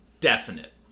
definite